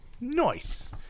Nice